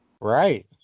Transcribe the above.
Right